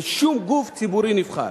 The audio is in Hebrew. בשום גוף ציבורי נבחר.